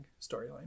storyline